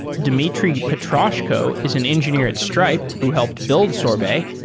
dmitry petrashko is an engineer at stripe who helped build sorbet.